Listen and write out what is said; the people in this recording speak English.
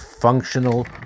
functional